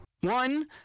One